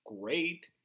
great